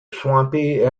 swampy